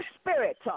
spirit